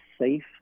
safe